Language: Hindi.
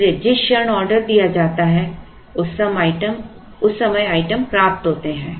इसलिए जिस क्षण ऑर्डर दिया जाता है उस समय आइटम प्राप्त होते हैं